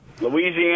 Louisiana